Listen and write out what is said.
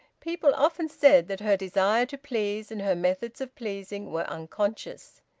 people often said that her desire to please, and her methods of pleasing, were unconscious.